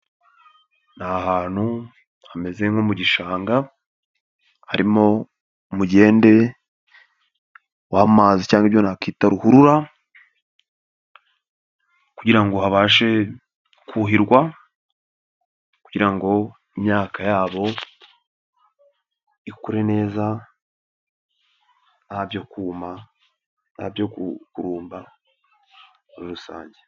Ni ahantu hameze nko mu gishanga harimo mugende w'amazi cyangwa ibyo nakwita ruhurura kugirango habashe kuhirwa kugirango ngo imyaka yabo ikure neza nta byo kuma, nta byo kurumba rusange.